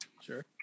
Sure